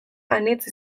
anitz